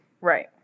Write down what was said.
Right